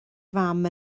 fam